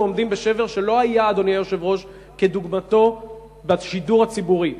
אנחנו עומדים בשבר שלא היה כדוגמתו בשידור הציבורי,